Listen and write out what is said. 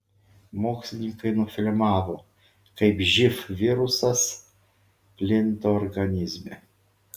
mokslininkai nufilmavo kaip živ virusas plinta organizme